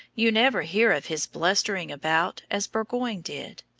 you never hear of his blustering about as burgoyne did,